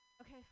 okay